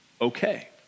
okay